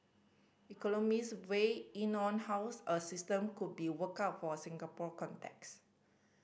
economist weighed in on how a system could be worked out for the Singapore context